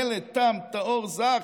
ילד תם, טהור, זך.